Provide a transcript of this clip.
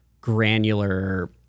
granular